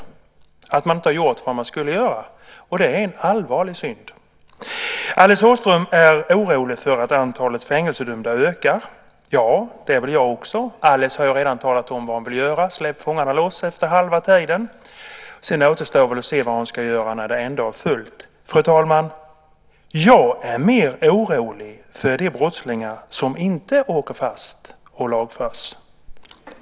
Man har inte gjort det som man skulle göra, och det är en allvarlig synd. Alice Åström är orolig för att antalet fängelsevistelser ökar. Det är jag också. Alice har redan talat om vad hon vill göra: Släpp fångarna loss efter halva tiden! Sedan återstår det att se vad hon ska göra när det ändå blir fullt. Fru talman! Jag är mer orolig för de brottslingar som inte åker fast och lagförs.